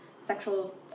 sexual